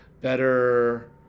better